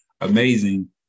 amazing